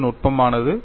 இது நுட்பமானது